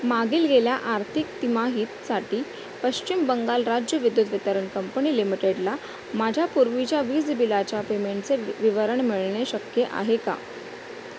मागील गेल्या आर्थिक तिमाहितसाठी पश्चिम बंगाल राज्य विद्युत वितरण कंपनी लिमिटेडला माझ्या पूर्वीच्या वीज बिलाच्या पेमेंटचे विवरण मिळणे शक्य आहे का